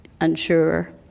unsure